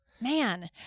man